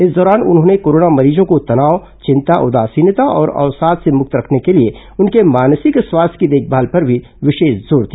इस दौरान उन्होंने कोरोना मरीजों को तनाव चिंता उदासीनता और अवसाद से मुक्त रखने के लिए उनके मानसिक स्वास्थ्य की देखमाल पर भी विशेष जोर दिया